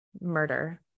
murder